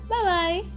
Bye-bye